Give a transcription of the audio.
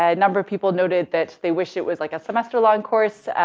ah number of people noted that they wished it was like a semester-long course.